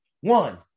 One